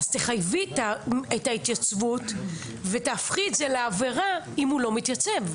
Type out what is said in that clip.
תחייבי את ההתייצבות ותהפכי את זה לעבירה אם הוא לא מתייצב.